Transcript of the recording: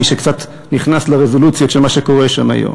מי שקצת נכנס לרזולוציות של מה שקורה שם היום.